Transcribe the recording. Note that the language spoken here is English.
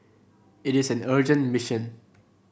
it is an urgent mission